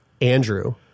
Andrew